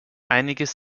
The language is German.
einiges